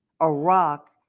Iraq